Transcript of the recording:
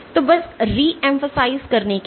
तो बस reemphasize करने के लिए